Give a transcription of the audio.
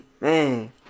Man